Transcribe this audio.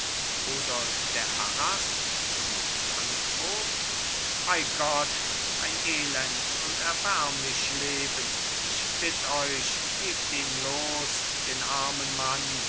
der harras zum landvogt bei gott ein elend und erbärmlich leben ich bitt euch gebt ihn los den armen mann